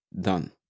done